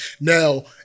Now